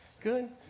Good